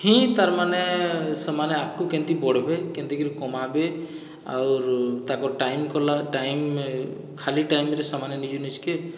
ହିଁ ତାର ମାନେ ସେମାନେ ଆଗକୁ କେମିତି ବଢ଼ବେ କେମିତିକିରି କମାବେ ଆଉରୁ ତାଙ୍କର ଟାଇମ ଖୋଲା ଟାଇମ ଖାଲି ଟାଇମରେ ସେମାନେ ନିଜେ ନିଜକେ